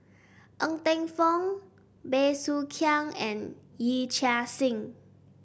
Ng Teng Fong Bey Soo Khiang and Yee Chia Hsing